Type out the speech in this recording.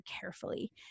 carefully